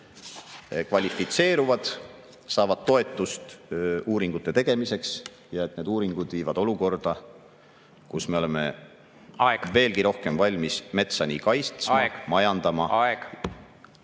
kvalifitseeruvad, saavad toetust uuringute tegemiseks ja et need uuringud viivad olukorda, kus me oleme veelgi rohkem valmis metsa nii kaitsma kui ka majandama.